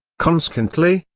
conseqently,